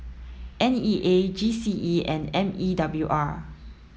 N E A G C E and M E W R